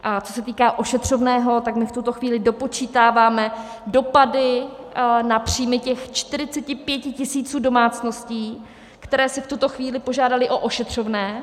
A co se týká ošetřovného, tak my v tuto chvíli dopočítáváme dopady na příjmy těch 45 tisíc domácností, které si v tuto chvíli požádaly o ošetřovné.